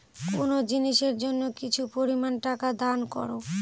কোনো জিনিসের জন্য কিছু পরিমান টাকা দান করো